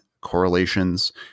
correlations